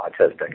autistic